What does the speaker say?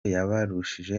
yabarushije